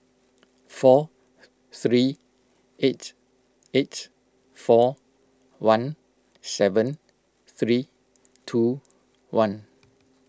four three eight eight four one seven three two one